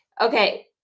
Okay